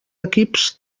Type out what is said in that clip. equips